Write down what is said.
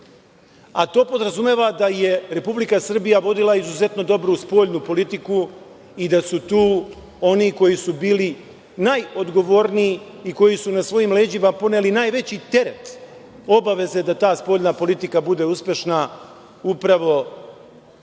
To podrazumeva da je Republika Srbija vodila izuzetnu dobru spoljnu politiku i da su tu oni koji su bili najodgovorniji i koji su na svojim leđima poneli najveći teret obaveze da ta spoljna politika bude uspešna, upravo sada